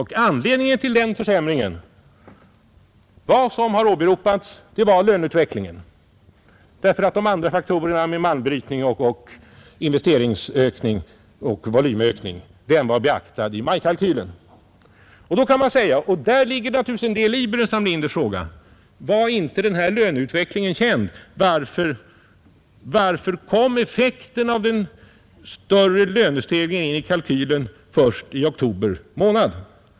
Och anledningen till den försämringen var, som har åberopats, löneutvecklingen, därför att de andra faktorerna med malmbrytning och investeringsökning och volymökning var beaktade i majkalkylen. Då kan man säga — och där ligger naturligtvis en del i herr Burenstam Linders fråga: Var inte den här löneutvecklingen känd — varför kom effekten av den större lönestegringen in i kalkylen först i oktober månad?